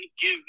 give